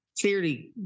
clearly